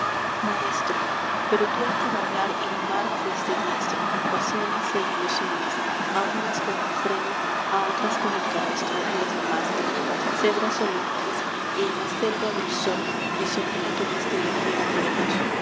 maestro pero tú en cabalgar y domar fuiste diestro pasiones e ilusiones a unas con el freno a otras con el cabestro las domaste cebras o leones y en la selva del sol prisionera tuviste la fiera de la luz